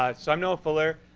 ah so i'm noah fuller,